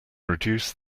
reduce